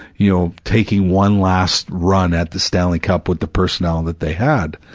you know, taking one last run at the stanley cup with the personnel that they had.